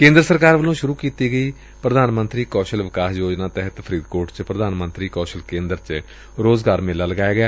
ਕੇਂਦਰ ਸਰਕਾਰ ਵੱਲੋਂ ਸੂਰੁ ਕੀਤੀ ਗਈ ਪ੍ਰਧਾਨ ਮੰਤਰੀ ਕੌਸ਼ਲ ਵਿਕਾਸ ਯੋਜਨਾ ਤਹਿਤ ਫਰੀਦਕੋਟ ਚ ਪ੍ਰਧਾਨ ਮੰਤਰੀ ਕੌਸ਼ਲ ਕੇਂਦਰ ਵਿਖੇ ਰੋਜ਼ਗਾਰ ਮੇਲਾ ਲਗਾਇਆ ਗਿਆ